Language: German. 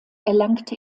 erlangte